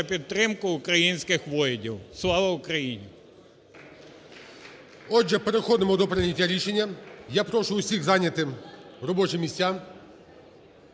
підтримку українських воїнів. Слава Україні! ГОЛОВУЮЧИЙ. Отже, переходимо до прийняття рішення. Я прошу усіх зайняти робочі місця,